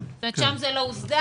שם זה לא הוסדר.